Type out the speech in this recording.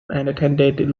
attended